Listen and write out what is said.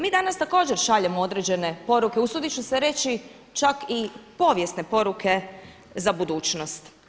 Mi danas također šaljemo određene poruke, usudit ću se reći čak i povijesne poruke za budućnost.